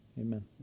Amen